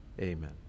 Amen